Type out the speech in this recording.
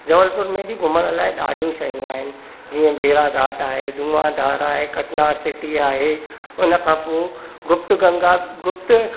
जबलपुर में बि घुमण लाइ ॾाढियूं शयूं आहिनि जीअं भेड़ाघाट आहे धुआंदार आहे कटना सिटी आहे उनखां पोइ गुप्त गंगा गुप्त